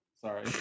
Sorry